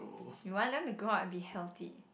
you want them to grow up and be healthy